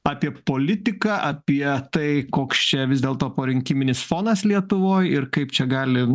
apie politiką apie tai koks čia vis dėlto porinkiminis fonas lietuvoj ir kaip čia gali